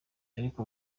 ariko